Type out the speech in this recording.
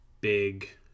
big